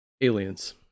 Aliens